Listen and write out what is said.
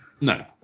No